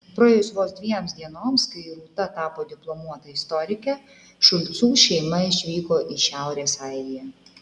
praėjus vos dviems dienoms kai rūta tapo diplomuota istorike šulcų šeima išvyko į šiaurės airiją